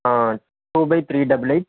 ah two by three double eight